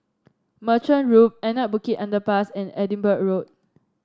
Merchant Loop Anak Bukit Underpass and Edinburgh Road